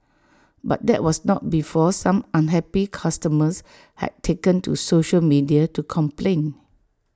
but that was not before some unhappy customers had taken to social media to complain